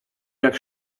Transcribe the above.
jak